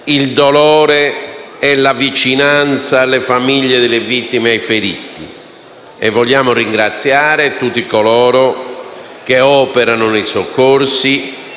il dolore e la vicinanza alle famiglie delle vittime e ai feriti. Vogliamo ringraziare tutti coloro che operano nei soccorsi